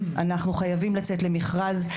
אנחנו חייבים לצאת למכרז.